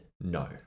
no